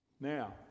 Now